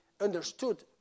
understood